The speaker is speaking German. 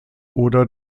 oder